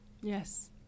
Yes